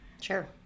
Sure